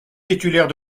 titulaire